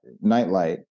nightlight